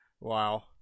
Wow